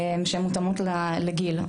שהן מותאמות לגיל.